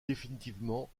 définitivement